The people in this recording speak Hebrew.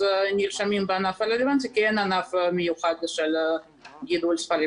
אז נרשמים בענף הרלוונטי כי אין ענף מיוחד של גידול כלבים.